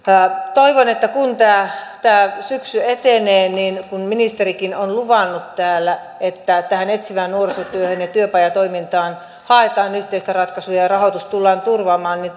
toivon että kun tämä tämä syksy etenee ja kun ministerikin on luvannut täällä että tähän etsivään nuorisotyöhön ja työpajatoimintaan haetaan yhteistä ratkaisua ja rahoitus tullaan turvaamaan niin